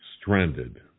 stranded